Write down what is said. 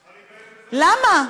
למה?